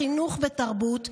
חינוך ותרבות,